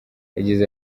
yagize